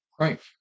right